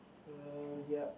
uh yep